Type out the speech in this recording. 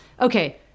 okay